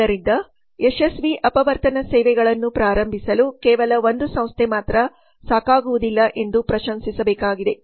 ಆದ್ದರಿಂದ ಯಶಸ್ವಿ ಅಪವರ್ತನ ಸೇವೆಗಳನ್ನು ಪ್ರಾರಂಭಿಸಲು ಕೇವಲ ಒಂದು ಸಂಸ್ಥೆ ಮಾತ್ರ ಸಾಕಾಗುವುದಿಲ್ಲ ಎಂದು ಪ್ರಶಂಸಿಸಬೇಕಾಗಿದೆ